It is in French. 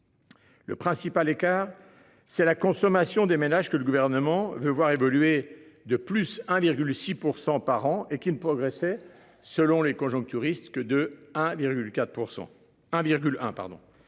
Le principal écart c'est la consommation des ménages que le gouvernement veut voir évoluer de plus 1,6% par an et qui ne progressait selon les conjoncturistes que de 1,401,1